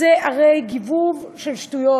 זה הרי גיבוב של שטויות.